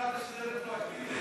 השתכנעת שזה יהיה רטרואקטיבי.